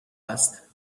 است